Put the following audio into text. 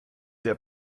der